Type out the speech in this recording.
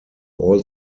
all